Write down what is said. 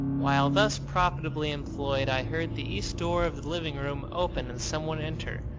while thus profitably employed i heard the east door of the living-room open and someone enter.